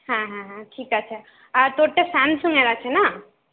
হ্যাঁ হ্যাঁ হ্যাঁ ঠিক আছে আর তোরটা স্যামসংয়ের আছে না